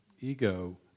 ego